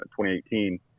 2018